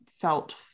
felt